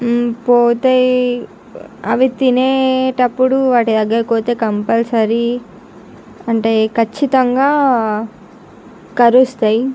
పోతే అవి తినేటప్పుడు వాటి దగ్గరికి పోతే కంపల్సరీ అంటే ఖచ్చితంగా కరుస్తాయి